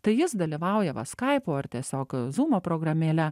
tai jis dalyvauja va skaipu ar tiesiog zumo programėle